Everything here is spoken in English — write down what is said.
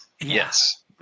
yes